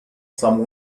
some